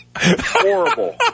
Horrible